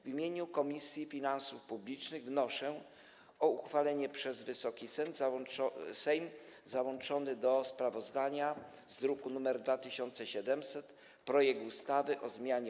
W imieniu Komisji Finansów Publicznych wnoszę o uchwalenie przez Wysoki Sejm załączonego do sprawozdania z druku nr 2700 projektu ustawy o zmianie